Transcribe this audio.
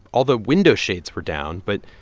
all the window shades were down. but,